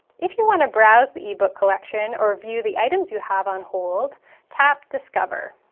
if you want to browse the ebook collection or view the items you have on hold tap discover.